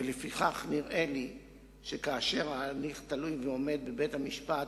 ולפיכך נראה לי שכאשר ההליך תלוי ועומד בבית-המשפט